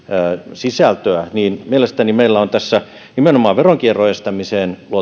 sisältöä niin mielestäni meillä on tässä nimenomaan veronkierron estämiseen luotu